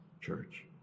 church